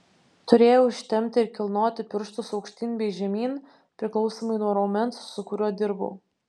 turėjau ištempti ir kilnoti pirštus aukštyn bei žemyn priklausomai nuo raumens su kuriuo dirbau